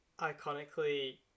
iconically